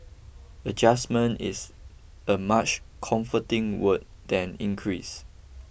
adjustment is a much comforting word than increase